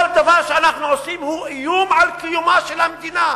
כל דבר שאנחנו עושים הוא איום על קיומה של המדינה.